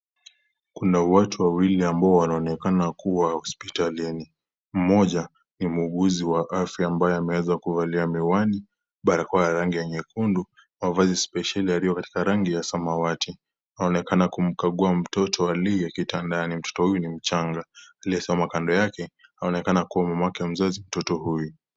Kuna watu wawili ambao wanaonekana kuwa hospitalini. Mmoja ni mhuguzi wa afya ambaye ameweza kuvalia miwani, barakoa ya rangi nyekundu, mavazi spesheli yaliyo katika rangi ya samawati. Anaonekana kumkagua mtoto aliye kitandani . Mtoto huyu ni mchanga. Aliyesimama kando yake, waonekana kama mamake mzazi mtoto huyu.